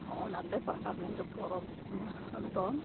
ᱚᱱᱟᱛᱮ ᱯᱟᱴᱟ ᱵᱤᱸᱫᱟᱹ ᱯᱚᱨᱚᱵᱽ ᱫᱚ